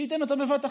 שייתן אותה בבת אחת.